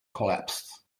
collapsed